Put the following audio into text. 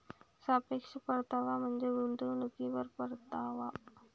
सापेक्ष परतावा म्हणजे गुंतवणुकीवर परतावा